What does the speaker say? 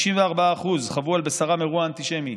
54% חוו על בשרם אירוע אנטישמי.